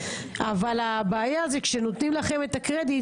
אבל הבעיה זה שכשנותנים לכם את הקרדיט